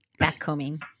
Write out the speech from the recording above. backcombing